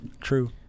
True